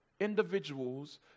individuals